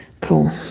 cool